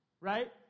right